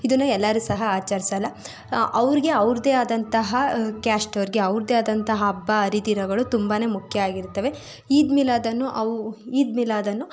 ಇದನ್ನು ಎಲ್ಲರೂ ಸಹ ಆಚರಿಸಲ್ಲ ಅವ್ರಿಗೆ ಅವ್ರದೇ ಆದಂತಹ ಕ್ಯಾಸ್ಟವ್ರಿಗೆ ಅವ್ರದೇ ಆದಂಥ ಹಬ್ಬ ಹರಿದಿನಗಳು ತುಂಬ ಮುಖ್ಯ ಆಗಿರ್ತವೆ ಈದ್ ಮಿಲಾದನ್ನು ಅವ್ ಈದ್ ಮಿಲಾದನ್ನು